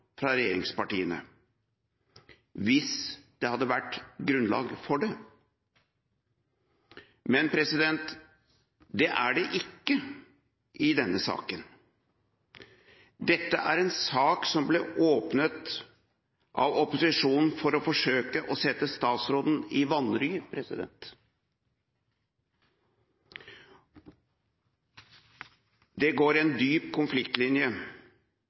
fra regjeringspartiene mot å åpne sak om Nærings- og handelsdepartementets eierskapsutøvelse som sådan hvis det hadde vært grunnlag for det. Men det er det ikke i denne saken. Dette er en sak som ble åpnet av opposisjonen for å forsøke å bringe statsråden i vanry. Det går en dyp konfliktlinje